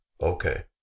Okay